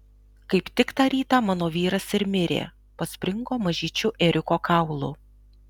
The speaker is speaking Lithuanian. kaip tik tą rytą mano vyras ir mirė paspringo mažyčiu ėriuko kaulu